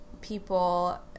people